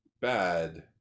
bad